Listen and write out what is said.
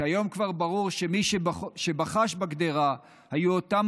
שהיום כבר ברור שמי שבחש בקדרה היו אותם